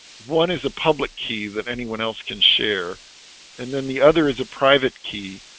one is a public key that anyone else can share and then the other is a private key